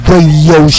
Radio